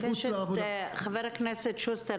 לצערי הרב, חבר הכנסת שוסטר,